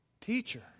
Teacher